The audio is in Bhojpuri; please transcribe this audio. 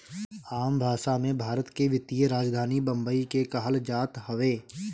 आम भासा मे, भारत के वित्तीय राजधानी बम्बई के कहल जात हवे